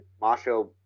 macho